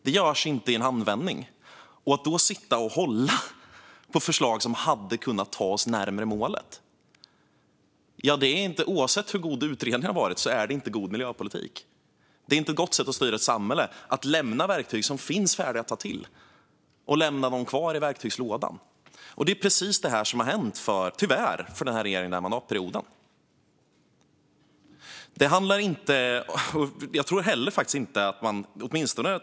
Detta görs inte i en handvändning och att då sitta och hålla på förslag som kan ta oss närmare målet är inte god miljöpolitik, oavsett hur bra utredningen är. Det är inte rätt sätt att styra ett samhälle att lämna verktyg i verktygslådan som är färdiga att ta till. Men tyvärr har regeringen gjort precis det under denna mandatperiod.